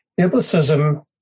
Biblicism